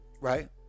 Right